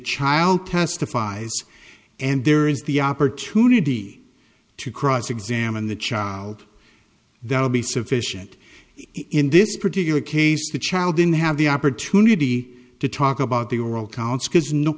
child testifies and there is the opportunity to cross examine the child that will be sufficient in this particular case the child didn't have the opportunity to talk about the oral counts because no